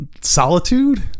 solitude